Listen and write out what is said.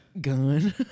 Gun